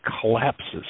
collapses